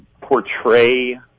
portray